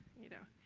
you know.